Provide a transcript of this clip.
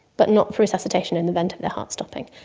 but not for resuscitation in the event of their heart stopping.